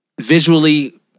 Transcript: visually